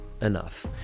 enough